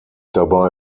dabei